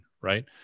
Right